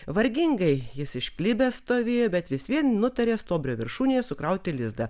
vargingai jis išklibęs stovėjo bet vis vien nutarė stuobrio viršūnėje sukrauti lizdą